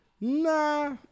nah